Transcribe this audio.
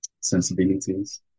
sensibilities